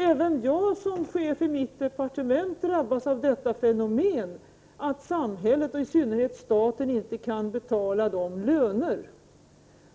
Även jag som chef för miljöoch energidepartementet drabbas av det fenomenet att samhället, och i synnerhet staten, inte kan betala de löner